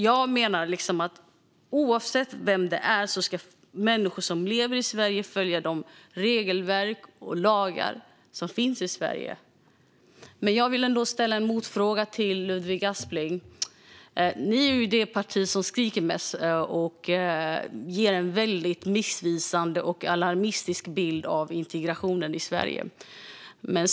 Jag menar att människor som lever i Sverige, oavsett vilka de är, ska följa de regelverk och lagar som finns här. Jag vill ändå ställa en motfråga till Ludvig Aspling. Ni är ju det parti som skriker mest och ger en väldigt missvisande och alarmistisk bild av integrationen i Sverige.